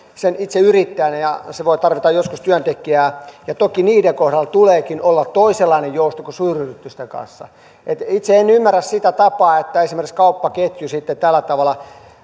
sen itse yrittäjän ja hän voi tarvita joskus työntekijää toki heidän kohdallaan tuleekin olla toisenlainen jousto kuin suuryritysten kanssa itse en ymmärrä sitä tapaa että esimerkiksi kauppaketju sitten tällä tavalla